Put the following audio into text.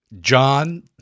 John